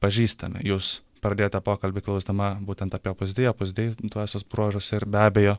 pažįstami jūs pradėjote pokalbį klausdama būtent apie opus dei opus dei dvasios bruožus ir be abejo